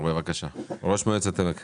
ראש מועצת עמק חפר.